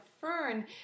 fern